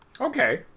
Okay